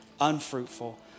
unfruitful